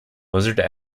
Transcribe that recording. blizzard